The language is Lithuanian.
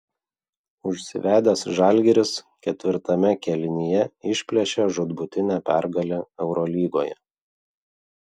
užsivedęs žalgiris ketvirtame kėlinyje išplėšė žūtbūtinę pergalę eurolygoje